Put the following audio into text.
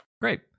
Great